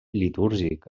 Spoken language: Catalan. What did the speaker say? litúrgic